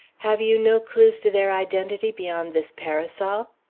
have you no clews to their identity beyond this parasol?